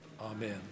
amen